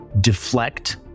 deflect